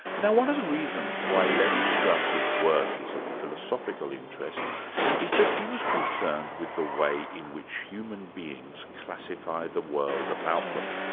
now one of the reasons why levi-strauss's work is of philosophical interest is that he was concerned with the way in which human beings classify the world about them.